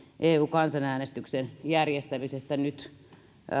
eu kansanäänestyksen järjestämisestä nyt